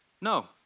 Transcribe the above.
No